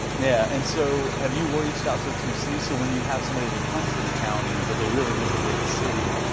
yeah. and so have you reached out to the two cities? so when you have somebody that comes to the county, but they really need to be at the city,